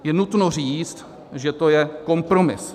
Je nutno říct, že to je kompromis.